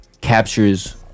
captures